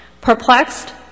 perplexed